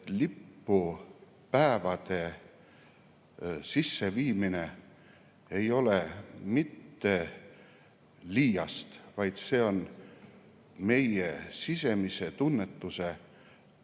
et lipupäevade sisseviimine ei ole mitte liiast, vaid see on meie sisemise tunnetuse